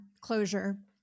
Closure